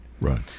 Right